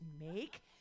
make